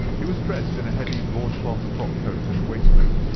he was dressed in a heavy broadcloth frock coat and waistcoat,